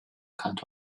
kind